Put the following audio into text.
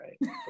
right